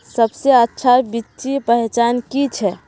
सबसे अच्छा बिच्ची पहचान की छे?